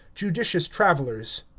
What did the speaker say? judicious travelers.